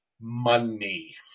money